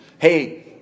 Hey